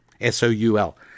S-O-U-L